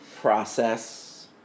process